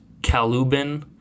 kalubin